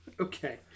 Okay